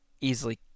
easily